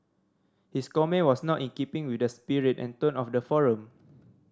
his comment was not in keeping with the spirit and tone of the forum